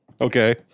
Okay